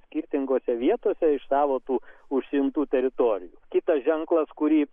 skirtingose vietose iš savo tų užsimtų teritorijų kitas ženklas kurį